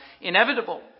inevitable